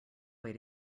way